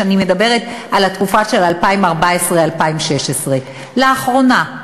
ואני מדברת על התקופה של 2014 2016. לאחרונה,